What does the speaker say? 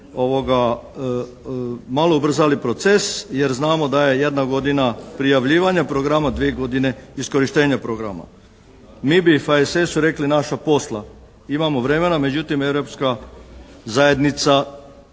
malo ubrzali proces jer znamo da je jedna godina prijavljivanja programa tri godine iskorištenje programa. Mi bi u HSS-u rekli "naša posla", imamo vremena, međutim Europska zajednica